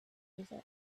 music